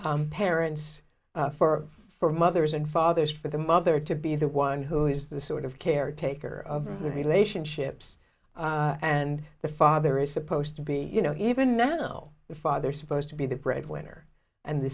for parents for for mothers and fathers for the mother to be the one who is the sort of caretaker of the relationships and the father is supposed to be you know even now the father is supposed to be the breadwinner and th